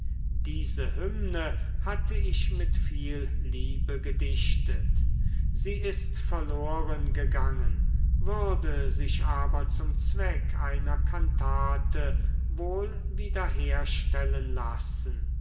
diese hymne hatte ich mit viel liebe gedichtet sie ist verloren gegangen würde sich aber zum zweck einer kantate wohl wieder herstellen lassen